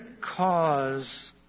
cause